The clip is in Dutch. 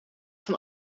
van